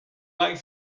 like